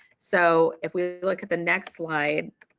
so if we look at the next slide,